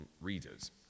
readers